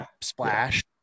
splash